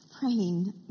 praying